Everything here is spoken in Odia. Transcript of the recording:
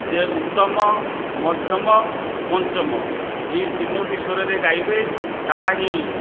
ଯେ ଉତ୍ତମ ମଧ୍ୟମ ପଞ୍ଚମ ଏହି ତିନୋଟି ସ୍ୱରରେ ଗାଇବେ ତାହାହିଁ